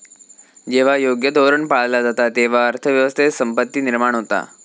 जेव्हा योग्य धोरण पाळला जाता, तेव्हा अर्थ व्यवस्थेत संपत्ती निर्माण होता